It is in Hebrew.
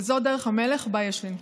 וזו דרך המלך שיש לנקוט.